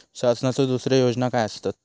शासनाचो दुसरे योजना काय आसतत?